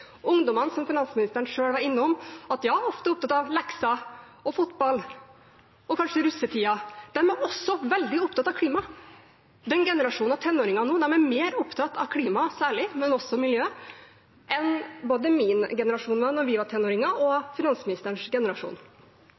Ungdommene, som finansministeren selv var innom, er ofte opptatt av lekser og fotball og kanskje russetida, men de er også veldig opptatt av klima. Generasjonen av tenåringer nå er mer opptatt av klima, særlig, men også av miljø, enn både min generasjon var da vi var tenåringer, og finansministerens generasjon.